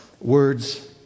words